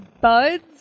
Bud's